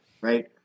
Right